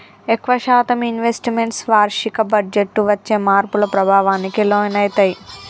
ఎక్కువ శాతం investments వార్షిక బడ్జెట్టు వచ్చే మార్పుల ప్రభావానికి లోనయితయ్యి